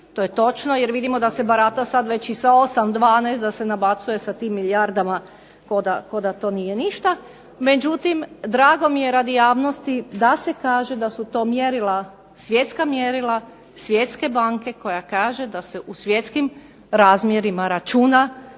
to je točno. Jer vidimo da se barata sad već i sa 8, 12, da se nabacuje sa tim milijardama kao da to nije ništa. Međutim, drago mi je radi javnosti da se kaže da su to mjerila, svjetska mjerila Svjetske banke koja kaže da se u svjetskim razmjerima računa